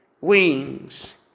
wings